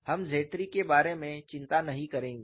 हम ZIII के बारे में चिंता नहीं करेंगे